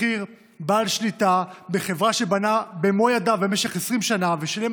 שכיר בעל שליטה בחברה שבנה במו ידיו במשך 20 שנה ושילם